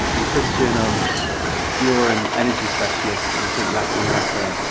and christian, um you're an energy specialist. and i think latin america,